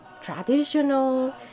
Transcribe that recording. traditional